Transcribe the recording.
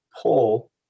pull